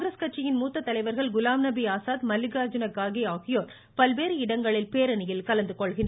காங்கிரஸ் கட்சியின் மூத்த தலைவர்கள் குலாம் நபி ஆசாத் மல்லிகார்ஜீன கார்கே ஆகியோர் பல்வேறு இடங்களில் பேரணியில் கலந்துகொள்கின்றனர்